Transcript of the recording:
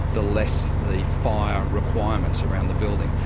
the less the fire requirements around the building.